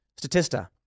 Statista